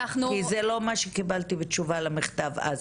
כי זה לא מה שקיבלתי בתשובה למכתב אז,